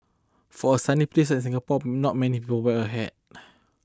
for a sunny place like Singapore not many people wear a hat